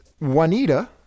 Juanita